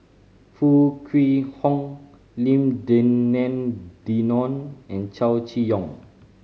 Foo Kwee Horng Lim Denan Denon and Chow Chee Yong